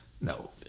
No